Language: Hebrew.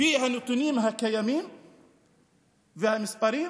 לפי הנתונים הקיימים והמספרים,